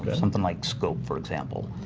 but something like scope, for example,